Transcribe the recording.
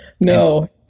no